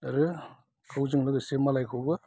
आरो गावजों लोगोसे मालायखौबो